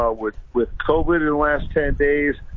ah with, with covid in the last ten days,